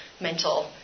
mental